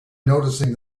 noticing